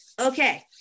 okay